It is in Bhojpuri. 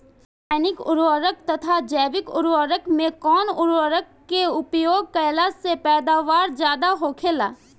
रसायनिक उर्वरक तथा जैविक उर्वरक में कउन उर्वरक के उपयोग कइला से पैदावार ज्यादा होखेला?